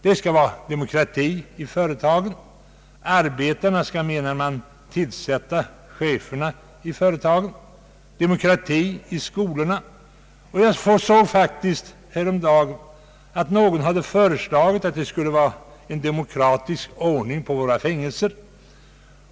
Det skall vara demokrati i företagen — arbetarna skall, menar man, tillsätta cheferna i företa gen — och det skall vara demokrati i skolorna. Jag såg faktiskt häromdagen att någon hade föreslagit att det skulle vara en demokratisk ordning i våra fängelser.